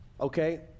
okay